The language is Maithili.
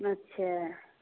अच्छा